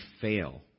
fail